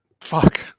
Fuck